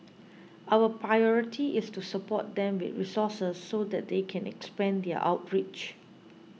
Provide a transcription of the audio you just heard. our priority is to support them with resources so that they can expand their outreach